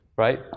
Right